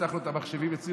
אפתח לו את המחשבים אצלי,